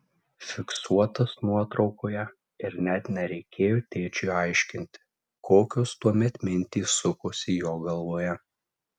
fiksuotas nuotraukoje ir net nereikėjo tėčiui aiškinti kokios tuomet mintys sukosi jo galvoje